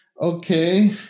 okay